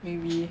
maybe